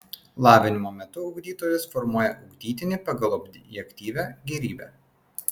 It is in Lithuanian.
lavinimo metu ugdytojas formuoja ugdytinį pagal objektyvią gėrybę